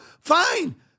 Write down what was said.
fine